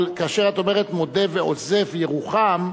אבל כאשר את אומרת "מודה ועוזב ירוחם",